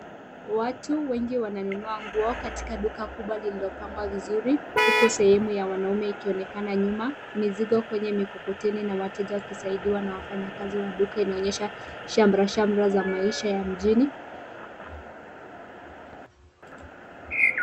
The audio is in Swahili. Watu wengi wananunua nguo katika duka kubwa lililopangwa vizuri uku sehemu ya wanaume ikionekana nyuma, mizigo kwenye mikokoteni na wateja wakisaidiwa na wafanyakazi wa duka inaonyesha shamrashamra za maisha ya mjini.